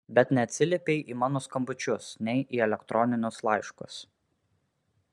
bet neatsiliepei į mano skambučius nei į elektroninius laiškus